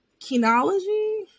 kinology